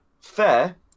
Fair